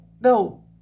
no